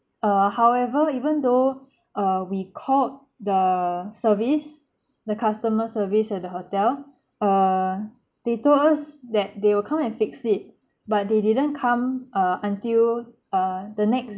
uh however even though uh we called the service the customer service at the hotel uh they told us that they will come and fix it but they didn't come uh until uh the next